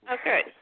Okay